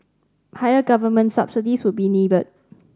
higher government subsidies would be needed